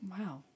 Wow